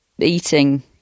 eating